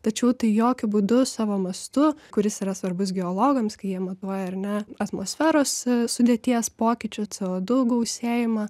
tačiau tai jokiu būdu savo mastu kuris yra svarbus geologams kai jie matuoja ar ne atmosferos sudėties pokyčių c o du gausėjimą